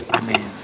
Amen